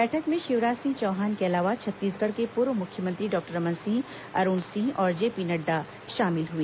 बैठक में शिवराज सिंह चौहान के अलावा छत्तीसगढ़ के पूर्व मुख्यमंत्री डॉक्टर रमन सिंह अरूण सिंह और जेपी नड्डा शामिल हुए